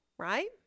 right